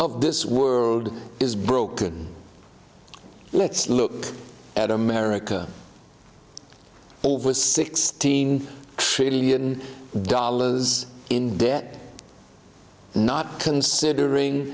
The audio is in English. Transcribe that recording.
of this word is broken let's look at america over sixteen trillion dollars in debt not considering